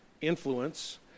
influence